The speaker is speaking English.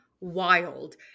wild